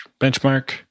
benchmark